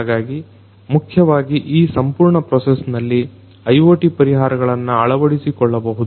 ಹಾಗಾಗಿ ಮುಖ್ಯವಾಗಿ ಈ ಸಂಪೂರ್ಣ ಪ್ರೊಸೆಸ್ನಲ್ಲಿ IoT ಪರಿಹಾರಗಳನ್ನ ಅಳವಡಿಸಿಕೊಳ್ಳಬಹುದು